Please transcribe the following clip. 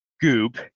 goop